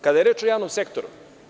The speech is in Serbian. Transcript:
Kada je reč o javnom sektoru.